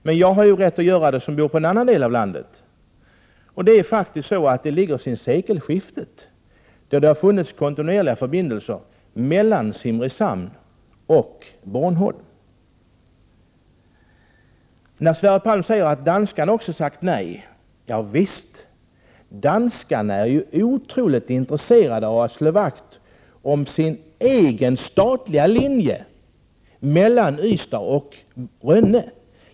Men jag har ju rätt att slå vakt om vad det här rör sig om, eftersom jag bor i en annan del av landet. Ända sedan sekelskiftet har det faktiskt funnits kontinuerliga förbindelser mellan Simrishamn och Bornholm. Sverre Palm sade att även danskarna har sagt nej. Ja visst, danskarna är ju otroligt intresserade av att slå vakt om sin egen statliga linje mellan Ystad och Rönne.